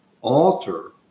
alter